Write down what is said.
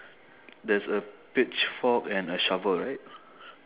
there's a pitch fork and a shovel right